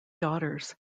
daughters